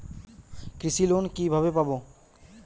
কৃষি লোন কিভাবে পাব?